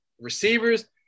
Receivers